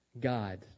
God